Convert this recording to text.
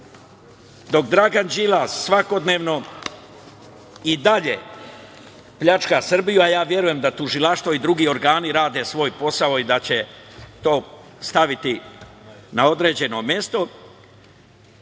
dok Dragan Đilas svakodnevno i dalje pljačka Srbiju, a ja verujem da tužilaštvo i drugi organi rade svoj posao i da će to staviti na određeno mesto,